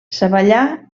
savallà